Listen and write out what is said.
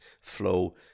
flow